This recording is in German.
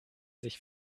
sich